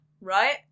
Right